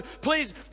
please